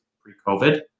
pre-COVID